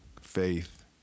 faith